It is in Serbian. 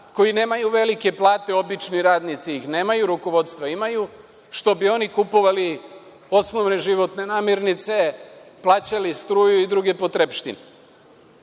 koji nemaju velike plate, obični radnici nemaju, rukovodstva imaju, kupovali osnovne životne namirnice, plaćali struju i druge potrepštine. Vas